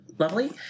Lovely